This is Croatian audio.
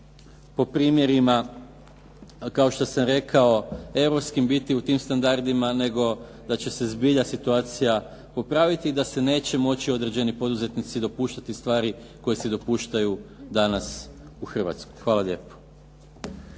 po primjerima kako što sam rekao europskim biti u tim standardima, nego da će se zbilja situacija popraviti i da se neće moći određeni poduzetnici dopuštati stvari koje si dopuštaju danas u Hrvatskoj. Hvala lijepo.